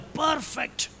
perfect